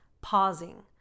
pausing